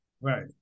Right